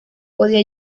podía